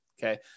Okay